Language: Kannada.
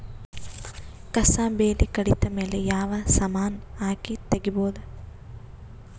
ಕಸಾ ಬೇಲಿ ಕಡಿತ ಮೇಲೆ ಯಾವ ಸಮಾನ ಹಾಕಿ ತಗಿಬೊದ?